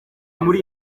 muri